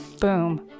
Boom